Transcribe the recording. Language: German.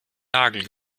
nagel